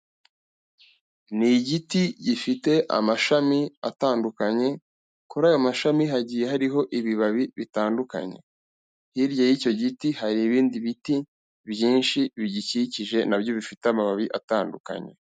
Ni igiti gifite amashami atandukanye, kuri ayo mashami hagiye hariho ibibabi bitandukanye, hirya y'icyo giti hari ibindi biti byinshi bigikikije n'abyo bifite amababi atandukanye.